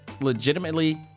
legitimately